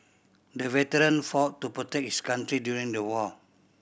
the veteran fought to protect his country during the war